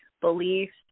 beliefs